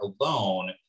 alone